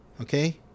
Okay